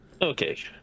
Okay